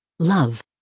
Love